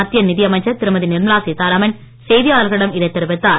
மத்திய நிதியமைச்சர் திருமதி நிர்மலா சீத்தாராமன் செய்தியாளர்களிடம் இதைத் தெரிவித்தார்